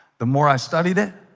the more i studied it